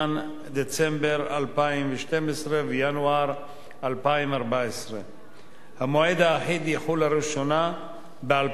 דצמבר 2012 וינואר 2014. המועד האחיד יחול לראשונה ב-2018.